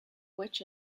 which